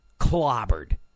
clobbered